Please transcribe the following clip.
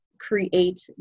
create